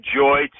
joy